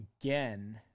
again